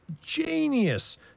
genius